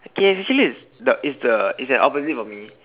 he's actually is the is the is an opposite of me